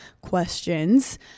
questions